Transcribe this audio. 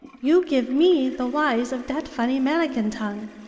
you give me the wise of dat funny merican tongue.